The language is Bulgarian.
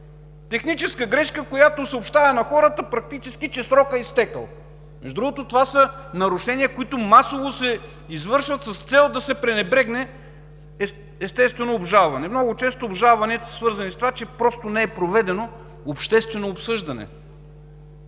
техническа грешка, която съобщава на хората, че практически срокът е изтекъл. Това са нарушения, които масово се извършват с цел да се пренебрегне обжалването. Много често обжалванията са свързани с това, че не е проведено обществено обсъждане.